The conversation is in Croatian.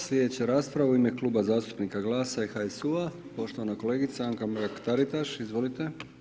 Slijedeća rasprava u ime Kluba zastupnika GLAS-a i HSU-u poštovana kolegica Anka Mrak-Taritaš, izvolite.